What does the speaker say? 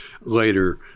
later